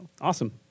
awesome